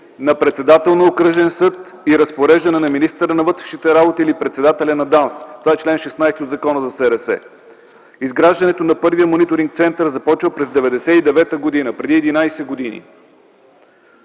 на председател на окръжен съд и разпореждане на министъра на вътрешните работи, или председателя на ДАНС.” Това е чл. 16 от Закона за СРС. Изграждането на първия мониторинг център започва през 1990 г., преди единадесет